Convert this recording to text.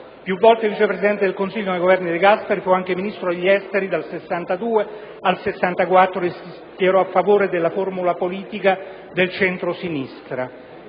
Più volte Vice Presidente del Consiglio nei Governi De Gasperi, fu anche Ministro degli affari esteri dal 1962 al 1964 e si schierò a favore della formula politica del centrosinistra.